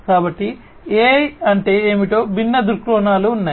కాబట్టి AI అంటే ఏమిటో భిన్న దృక్కోణాలు ఉన్నాయి